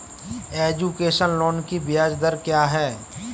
Education loan की ब्याज दर क्या है?